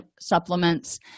supplements